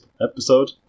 episode